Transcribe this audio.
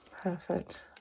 perfect